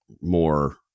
more